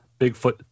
Bigfoot